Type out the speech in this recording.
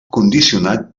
condicionat